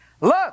Look